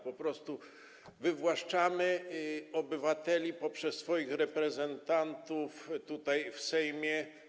Po prostu wywłaszczamy obywateli poprzez swoich reprezentantów tutaj, w Sejmie.